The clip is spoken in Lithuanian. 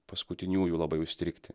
paskutiniųjų labai užstrigti